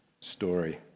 story